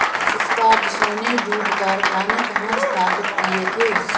स्कॉटिशों ने जूट कारखाने कहाँ स्थापित किए थे?